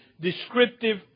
descriptive